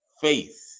faith